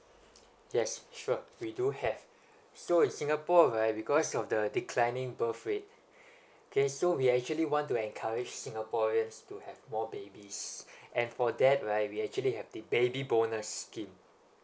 yes sure we do have so in singapore right because of the declining birth rate okay so we actually want to encourage singaporeans to have more babies and for that right we actually have the baby bonus scheme